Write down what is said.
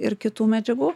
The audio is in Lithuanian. ir kitų medžiagų